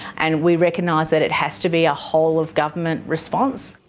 and we recognise that it has to be a whole-of-government response.